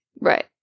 Right